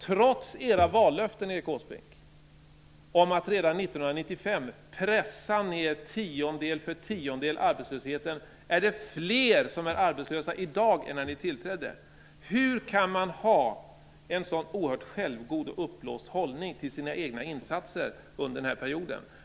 Trots era vallöften, Erik Åsbrink, om att redan 1995 pressa ned arbetslösheten tiondedel för tiondedel, är det i dag fler som är arbetslösa än när ni tillträdde. Hur kan man ha en så oerhört självgod och uppblåst hållning till sina egna insatser under den här perioden?